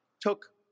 took